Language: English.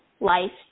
life